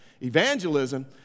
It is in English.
Evangelism